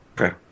Okay